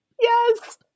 yes